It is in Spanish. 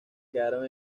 quedaron